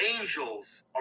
angels